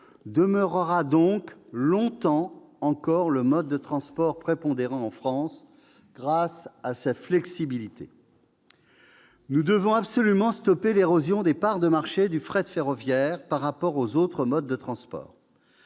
restera donc longtemps encore le mode de transport prépondérant en France, grâce à sa flexibilité. Nous devons absolument stopper l'érosion des parts de marché du fret ferroviaire par rapport aux autres modes de transport.